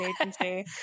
agency